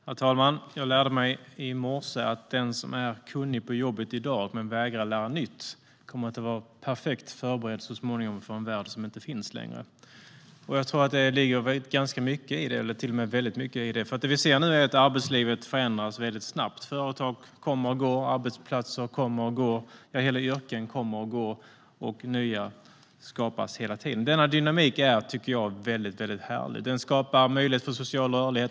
Herr talman! Jag lärde mig i morse att den som är kunnig på jobbet i dag men vägrar att lära nytt kommer så småningom att vara perfekt förberedd för en värld som inte finns längre. Jag tror att det ligger ganska eller till och med väldigt mycket i det, för det vi ser nu är att arbetslivet förändras väldigt snabbt. Företag kommer och går, arbetsplatser kommer och går, hela yrken kommer och går och nya skapas hela tiden. Denna dynamik är, tycker jag, väldigt härlig. Den skapar möjlighet till social rörlighet.